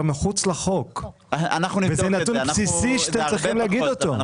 מחוץ לחוק וזה נתון בסיסי שאתם צריכים להגיד אותו.